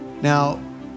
Now